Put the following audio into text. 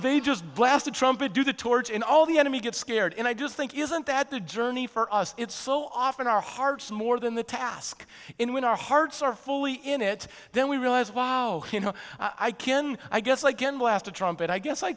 they just blast a trumpet do the torch and all the enemy get scared and i just think isn't that the journey for us it's so often our hearts more than the task in when our hearts are fully in it then we realize wow you know i can i guess i can last a trumpet i guess i